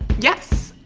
yes,